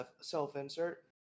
self-insert